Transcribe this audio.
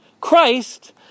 Christ